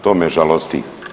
To me žalosti.